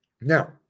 Now